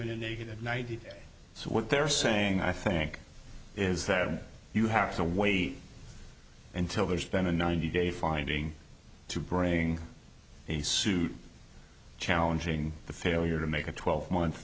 so what they're saying i think is that you have to wait until there's been a ninety day finding to bring a suit challenging the failure to make a twelve month